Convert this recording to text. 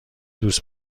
دوست